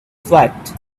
sweat